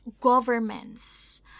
governments